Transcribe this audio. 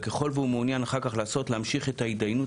וככל והוא מעוניין אחר כך להמשיך את ההתדיינות